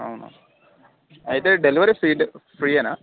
అవునా అయితే delivery free delivery ఫ్రీయేనా